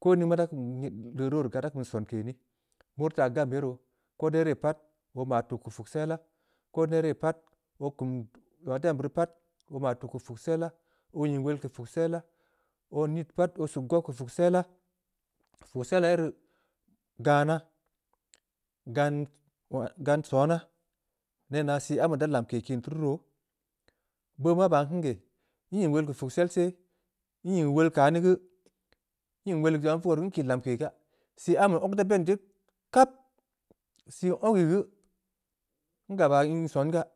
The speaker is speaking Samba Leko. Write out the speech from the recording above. ko in ningma leu ruu woru gaa, da kuum sonke ni, meurii taa gam ye roo. ko de re pat oo maa tuu keu puksella. ko nere pat oo kum zong ahah teu em beuri pat, oo maa tuu keu puksella. oo nying wol keu puksella. oo nid pat, oo sug goh keu puksella. puksela yerii gana. gan sona. nenaah ii ambe da lamke kiin tuu ruu roo, beu ma baan beun geh, nying wol keu puksel seh, nying wol kane geu, nying wol leu zong aah nvugaa beuri nkii lamke gaa, sii ambe ogg da bed jeh kap, sii ogg ya geu, ngapya in son gaa.